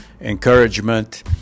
encouragement